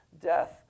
death